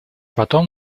потом